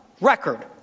record